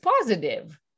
positive